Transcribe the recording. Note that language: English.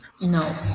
No